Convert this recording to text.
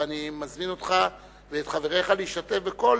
ואני מזמין אותך ואת חבריך להשתתף בכל